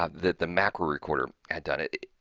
ah that the macro recorder had done it.